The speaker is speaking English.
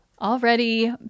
already